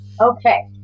Okay